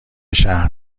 شهر